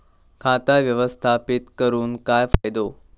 खाता व्यवस्थापित करून काय फायदो?